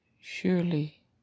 surely